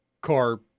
car